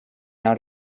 out